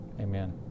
Amen